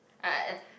I